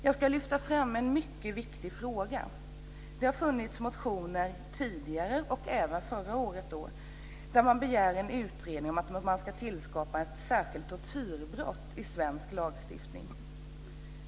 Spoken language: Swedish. Jag ska lyfta fram en mycket viktig fråga. Det har funnits motioner tidigare, även förra året, i vilka man begär en utredning om att man ska tillskapa ett särskilt tortyrbrott i svensk lagstiftning.